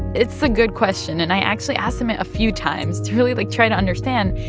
it's a good question. and i actually asked him him a few times to really, like, try to understand.